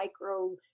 micro